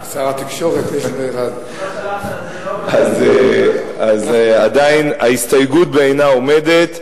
לשר התקשורת יש שני, אז ההסתייגות בעינה עומדת.